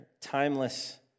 timeless